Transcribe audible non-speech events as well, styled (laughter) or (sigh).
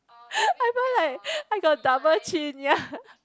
(laughs) I find like I got double chin ya